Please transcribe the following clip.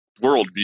worldview